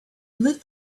lit